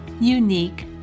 unique